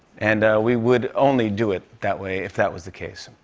and we would only do it that way if that was the case,